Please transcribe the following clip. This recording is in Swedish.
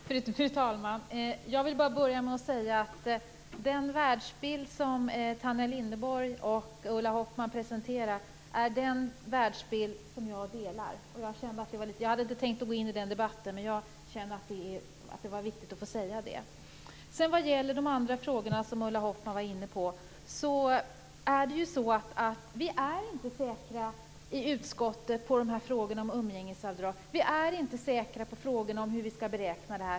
Fru talman! Jag vill börja med att säga att den världsbild som Tanja Linderborg och Ulla Hoffmann presenterar är en världsbild som jag delar. Jag hade inte tänkt att gå in i den debatten men kände att det var viktigt att få säga detta. Vad gäller de andra frågorna som Ulla Hoffmann tog upp är det så att vi i utskottet inte är säkra på frågorna om umgängesavdrag. Vi är inte säkra på hur det skall beräknas.